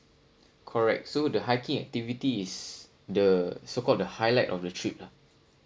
correct so the hiking activities is the so call the highlight of the trip lah